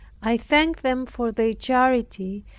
i thanked them for their charity,